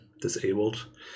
disabled